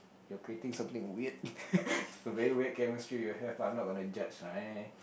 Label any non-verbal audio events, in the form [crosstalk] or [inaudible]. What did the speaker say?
you're creating something weird [laughs] it's very weird chemistry you have but I'm not gonna judge lah eh